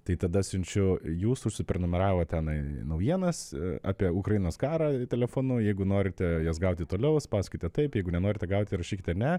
tai tada siunčiu jūs užsiprenumeravot tenai naujienas apie ukrainos karą telefonu jeigu norite jas gauti toliau spauskite taip jeigu nenorite gauti rašykite ne